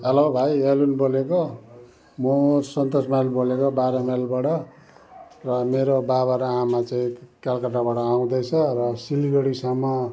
hello भाइ रबिन बोलेको म सन्तोष मामा बोलेको बाह्र माइलबाट र मेरो बाबा र आमा चाहिँ कलकत्ताबाट आउँदैछ र सिलगडीसम्म